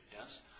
Yes